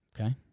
Okay